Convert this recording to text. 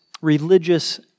religious